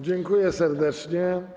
Dziękuję serdecznie.